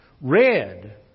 Red